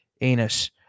anus